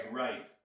right